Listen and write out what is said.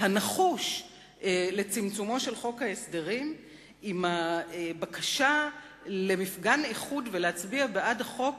הנחוש לצמצומו של חוק ההסדרים עם הבקשה הנרגשת להצביע בעד החוק